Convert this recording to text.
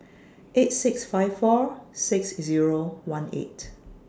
eight six five four six Zero one eight